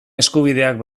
eskubideak